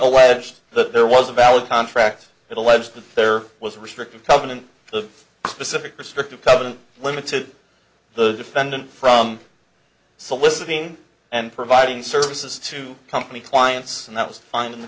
alleged that there was a valid contract that alleged affair was restrictive covenant of specific restrictive covenant limits to the defendant from soliciting and providing services to company clients and that was fine in the